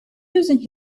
using